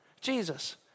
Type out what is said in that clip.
Jesus